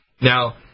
now